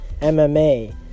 MMA